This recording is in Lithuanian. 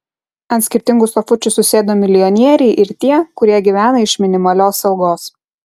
ant skirtingų sofučių susėdo milijonieriai ir tie kurie gyvena iš minimalios algos